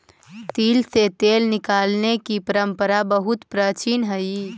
तिल से तेल निकालने की परंपरा बहुत प्राचीन हई